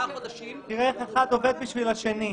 תראה איך אחד עובד בשביל השני.